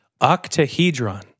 octahedron